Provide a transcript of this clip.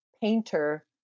painter